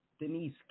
Denise